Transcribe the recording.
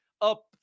Up